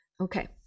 Okay